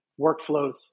workflows